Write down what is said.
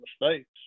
mistakes